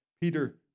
Peter